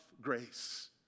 grace